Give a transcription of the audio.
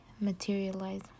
materialize